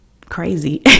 crazy